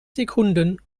sekunden